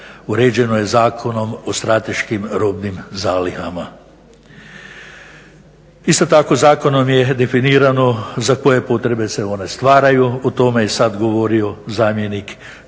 uređeno je Zakonom o strateškim robnim zalihama. Isto tako zakonom je definirano za koje potrebe se one stvaraju. O tome je sad govorio zamjenik ministra,